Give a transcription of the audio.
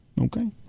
Okay